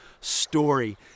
story